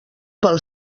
pel